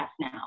now